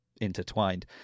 intertwined